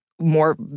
more